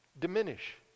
diminish